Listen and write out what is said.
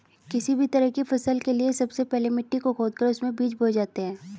किसी भी तरह की फसल के लिए सबसे पहले मिट्टी को खोदकर उसमें बीज बोए जाते हैं